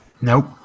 Nope